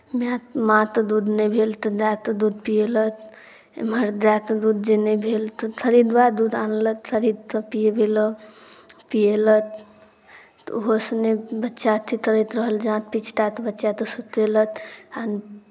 माँते दूध नहि भेल तऽ दाएते दूध पिएलक एम्हर दाएते दूध जे नहि भेल तऽ खरीदवा दूध आनलक खरीदते पियबै लऽ पिएलत तऽ ओहो सङ्गे बच्चा अथि तरैत रहल जे जाँत पीच तए तऽ बच्चातें सुतेलत आ